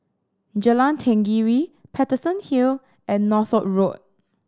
Jalan Tenggiri Paterson Hill and Northolt Road